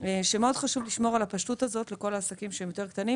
שחשוב מאוד לשמור על הפשטות הזאת לכל העסקים שהם קטנים יותר,